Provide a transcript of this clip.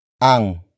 ang